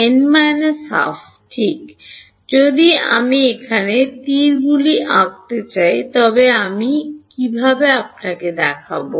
n 12 ঠিক যদি আমি এখানে তীরগুলি আঁকতে চাই তবে আমি আপনাকে কী দেখাব